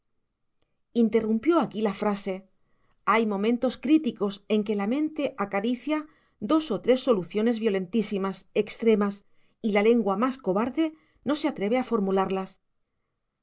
interrumpió aquí la frase hay momentos críticos en que la mente acaricia dos o tres soluciones violentísimas extremas y la lengua más cobarde no se atreve a formularlas